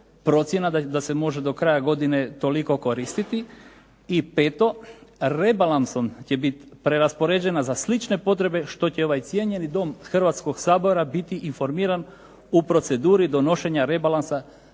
da se može do kraja godine toliko koristiti. I peto, rebalansom će biti preraspoređena za slične potrebe što će ovaj cijenjeni dom Hrvatskoga sabora biti informiran u proceduri donošenja Rebalansa